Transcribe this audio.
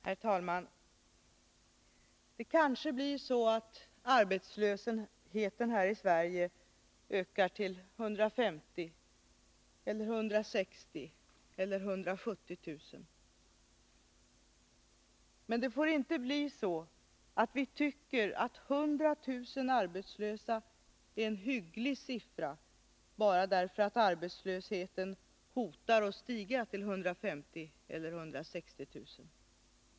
Herr talman! Det blir kanske så att arbetslösheten här i Sverige ökar till 150 000, kanske 160 000 eller 170 000 människor. Men det får inte blir så att vi tycker att 100000 arbetslösa är en hygglig siffra bara därför att arbetslösheten hotar att stiga till 150 000 eller 160 000.